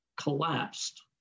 collapsed